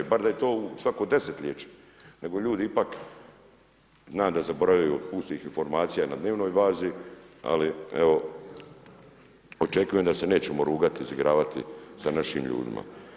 Bar da je to svako desetljeće, nego ljudi ipak znam da zaboravljaju od pustih informacija na dnevnoj bazi, ali evo očekujem da se nećemo rugati, izigravati sa našim ljudima.